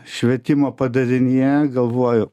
švietimo padalinyje galvoju